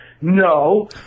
No